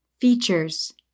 Features